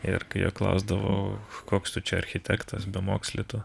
ir kai jo klausdavo koks tu čia architektas bemoksli tu